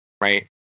right